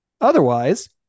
Otherwise